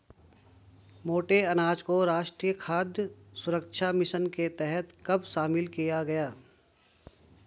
मोटे अनाज को राष्ट्रीय खाद्य सुरक्षा मिशन के तहत कब शामिल किया गया?